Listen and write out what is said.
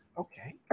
Okay